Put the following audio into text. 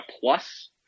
plus